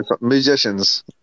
musicians